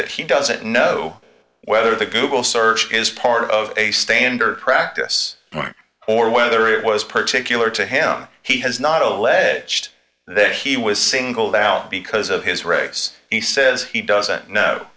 that he doesn't know whether the google search is part of a standard practice or whether it was particularly to him he has not alleged that he was singled out because of his race he says he doesn't know